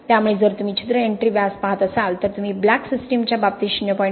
त्यामुळे जर तुम्ही छिद्र एंट्री व्यास पाहत असाल तर तुम्ही ब्लॅक सिस्टमच्या बाबतीत 0